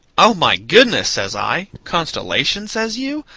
oh, my goodness! says i. constellation, says you?